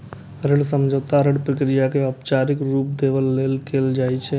ऋण समझौता ऋण प्रक्रिया कें औपचारिक रूप देबय लेल कैल जाइ छै